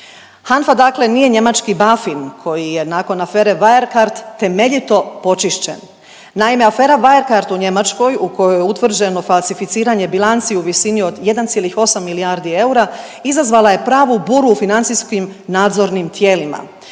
HANFA dakle nije njemački BaFin koji je, nakon afere Wirecard temeljito počišćen. Naime, afera Wirecard u Njemačkoj u kojoj je utvrđeno falsificiranje bilanci u visini od 1,8 milijardi eura, izazvala je pravu buru u financijskim nadzornim tijelima.